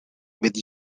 with